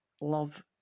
love